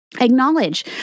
Acknowledge